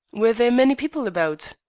were there many people about?